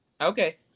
Okay